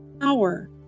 power